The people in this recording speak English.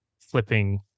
flipping